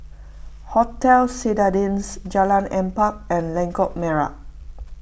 Hotel Citadines Jalan Empat and Lengkok Merak